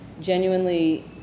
genuinely